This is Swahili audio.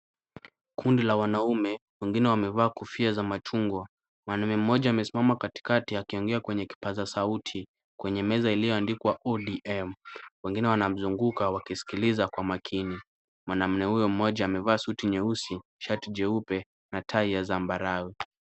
Kundi la wanaume wengine wamevaa kofia za machungwa. Mwanamume mmoja amesimama katikati akiongea kwenye kipaza sauti kwenye meza iliyoandikwa ODM. Wengine wanamzunguka wakisikiliza kwa makini. Mwanamume huyo mmoja amevaa suti nyeusi, shati jeupe na tai ya zambarau.